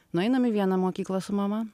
nueinam į vieną mokyklą su mama